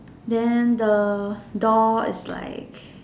then the door is like